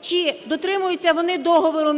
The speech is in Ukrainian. чи дотримуються вони договору